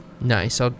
Nice